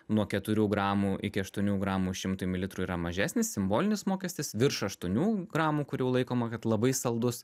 nuo keturių gramų iki aštuonių gramų šimtui mililitrų yra mažesnis simbolinis mokestis virš aštuonių gramų kur jau laikoma kad labai saldus